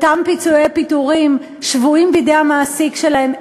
אותם פיצויי פיטורים שבויים בידי המעסיק שלהם.